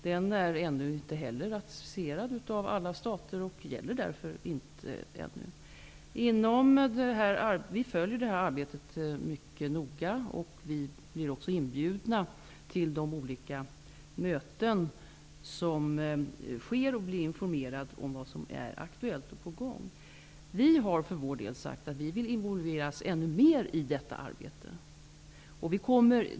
Den är inte heller ännu ratificerad av alla stater och gäller därför inte ännu. Vi följer det arbetet mycket noga. Vi blir också inbjudna till de olika möten som hålls och blir informerade om vad som är aktuellt och på gång. Vi har för vår del sagt att vi vill involveras ännu mer i detta arbete.